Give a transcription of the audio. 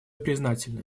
признательны